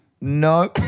no